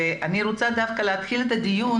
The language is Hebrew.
אני רוצה להתחיל את הדיון,